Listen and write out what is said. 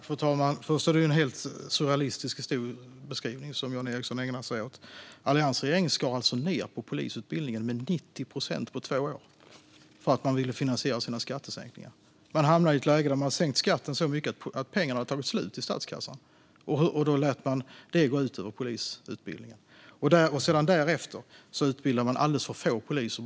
Fru talman! Först och främst är det en helt surrealistisk historiebeskrivning som Jan Ericson ägnar sig åt. Alliansregeringen skar ned på polisutbildningen med 90 procent på två år för att man ville finansiera sina skattesänkningar. Man hamnade i ett läge där man sänkt skatten så mycket att pengarna hade tagit slut i statskassan, och då lät man det gå ut över polisutbildningen. Därefter utbildade man alldeles för få poliser.